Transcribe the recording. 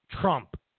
Trump